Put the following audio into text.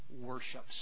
worships